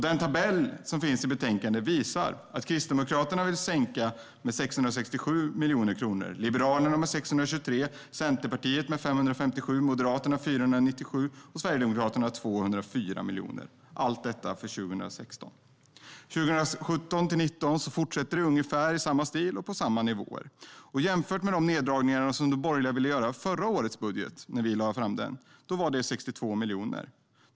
Den tabell som finns i betänkandet visar att Kristdemokraterna vill sänka anslaget med 667 miljoner kronor, Liberalerna med 623, Centerpartiet med 557, Moderaterna med 497 och Sverigedemokraterna med 204 miljoner kronor - allt detta för 2016. Åren 2017-2019 fortsätter i ungefär samma stil och på samma nivå. Jämför detta med de neddragningar de borgerliga ville göra i förra årets budget, vilket var 62 miljoner kronor.